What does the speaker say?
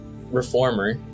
reformer